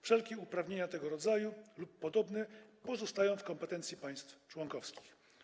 Wszelkie uprawnienia tego rodzaju lub podobne pozostają w kompetencji państw członkowskich.